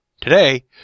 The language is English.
Today